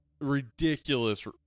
ridiculous